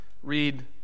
read